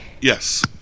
yes